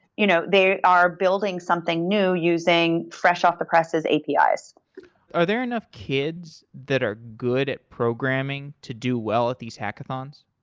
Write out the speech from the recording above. you know they are building something new using fresh off the presses apis. are there enough kids that are good at programming to do well at these hackathons?